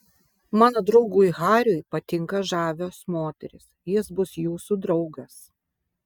mano draugui hariui patinka žavios moterys jis bus jūsų draugas